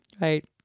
right